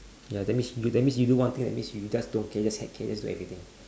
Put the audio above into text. ya that means you that means you do one thing that means you just don't care just heck care just do everything